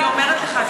אני אומרת לך,